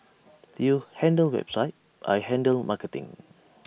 you handle website I handle marketing